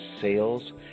sales